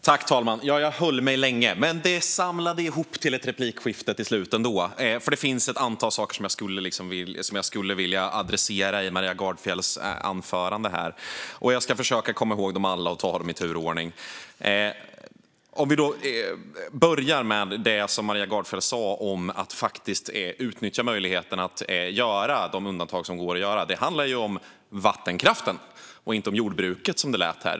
Herr talman! Jag höll mig länge, men det samlades ihop till ett replikskifte till slut! Det finns ett antal saker som jag skulle vilja adressera i Maria Gardfjells anförande. Jag ska försöka komma ihåg dem alla och ta dem i tur och ordning. Jag börjar med det som Maria Gardfjell sa om att utnyttja möjligheterna att göra de undantag som går att göra. Det handlar ju om vattenkraften och inte om jordbruket, som det lät som här.